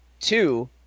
two